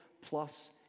plus